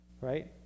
right